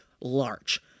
large